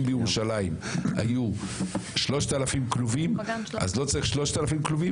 אם בירושלים היו 3,000 כלובים אז לא צריך 3,000 כלובים,